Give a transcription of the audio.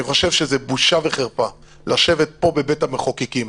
אני חושב שזו בושה וחרפה לשבת פה בבית המחוקקים,